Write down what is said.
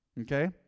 okay